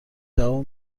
جواب